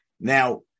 Now